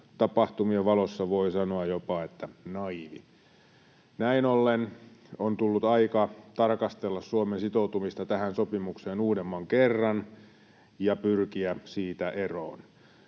tapahtumien valossa voi sanoa jopa naiivi. Näin ollen on tullut aika tarkastella Suomen sitoutumista tähän sopimukseen uudemman kerran ja pyrkiä siitä eroon.